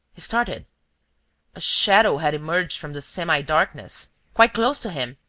he started a shadow had emerged from the semidarkness, quite close to him,